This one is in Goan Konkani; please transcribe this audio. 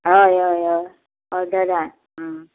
हय हय हय ऑर्डर आसा